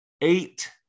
eight